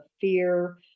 fear